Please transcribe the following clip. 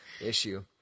issue